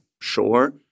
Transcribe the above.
sure